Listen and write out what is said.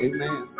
Amen